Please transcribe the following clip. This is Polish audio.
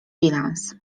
bilans